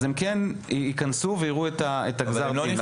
הם כן ייכנסו ויראו את גזר הדין.